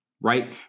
right